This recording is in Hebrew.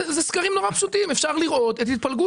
אלה סקרים מאוד פשוטים ואפשר לראות את התפלגות